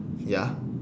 ya